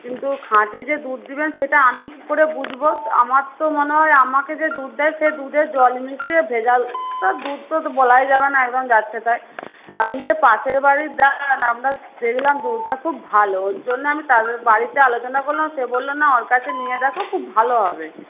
কিন্তু খাঁটি যে দুধ দেবেন সেটা আমি কী করে বুঝবো আমার তো মনে হয় আমাকে যে দুধ দেয় সে দুধে জল মিশিয়ে ভেজাল দুধ তো বলাই যাবে না একদম যাচ্ছেতাই আপনি যে পাশের বাড়িতে দেন আপনার দেখলাম দুধটা খুব ভালো ওর জন্য আমি বাড়িতে আলোচনা করলাম সে বললো না ওর কাছে নিয়ে দেখো খুব ভালো হবে